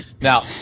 Now